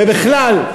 ובכלל,